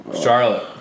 Charlotte